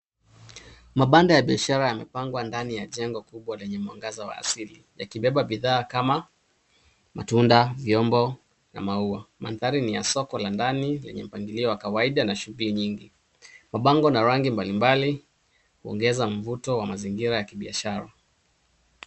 Mabanda ya biashara yamepangwa ndani ya jengo kubwa lenye mwangaza wa asili yakibeba bidhaa kama matunda, vyombo na maua. Mandhari ni ya soko la ndani lenye mpangilio wa kawaida na shughuli nyingi. Mabango na rangi mbalimbali huongeza mvuto wa mazingira ya kibiashara.